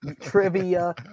trivia